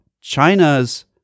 China's